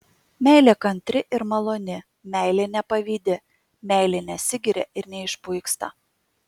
meilė kantri ir maloni meilė nepavydi meilė nesigiria ir neišpuiksta